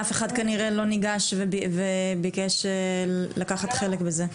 כנראה שאף אחד לא ניגש וביקש לקחת חלק בזה.